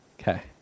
Okay